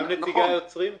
גם נציגי היוצרים פה.